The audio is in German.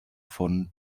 von